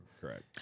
Correct